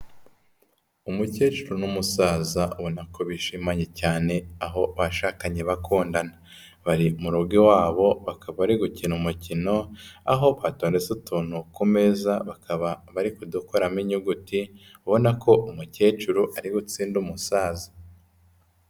Umukecuru n'umusaza ubona ko bishimanye cyane aho bashakanye bakundana. Bari mu rugo iwabo bakaba bari gukina umukino aho batondetse utuntu ku meza bakaba bari kudukoramo inyuguti, ubona ko umukecuru ari gutsinda umusaza.